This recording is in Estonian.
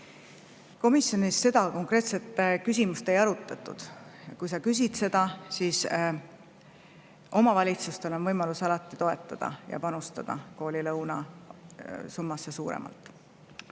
Komisjonis seda konkreetset küsimust ei arutatud. Aga kui sa küsid seda, siis omavalitsustel on võimalus alati toetada ja panustada koolilõuna summasse suuremalt.